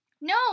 No